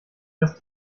das